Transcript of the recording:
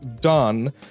done